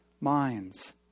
minds